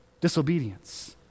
disobedience